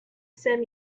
same